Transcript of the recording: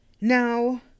Now